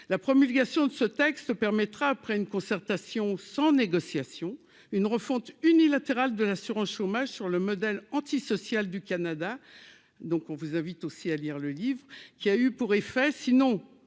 la promulgation de ce texte permettra, après une concertation sans négociation une refonte unilatérale de l'assurance chômage, sur le modèle antisocial du Canada, donc on vous invite aussi à lire le livre, qui a eu pour effet sinon